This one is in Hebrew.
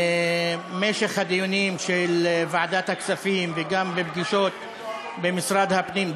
במשך הדיונים של ועדת הכספים וגם בפגישות במשרד הפנים,